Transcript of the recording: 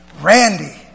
Randy